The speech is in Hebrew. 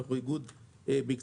אנחנו איגוד מקצועי.